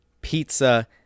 pizza